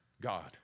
God